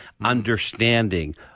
understanding